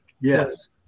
Yes